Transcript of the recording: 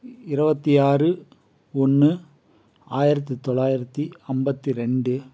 இருவத்தி ஆறு ஒன்று ஆயிரத்தி தொள்ளாயிரத்தி ஐம்பத்தி ரெண்டு